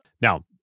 Now